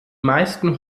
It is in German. meisten